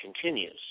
continues